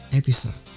episode